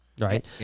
right